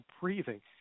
breathing